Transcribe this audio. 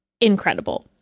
incredible